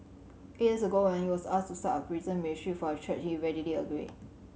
eight years ago when he was asked to start a prison ministry for his church he readily agreed